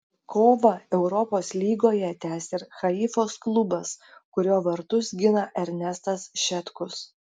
kovą europos lygoje tęs ir haifos klubas kurio vartus gina ernestas šetkus